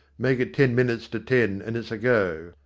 make it ten minutes to ten and it's a go,